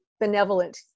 benevolent